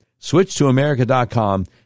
SwitchToAmerica.com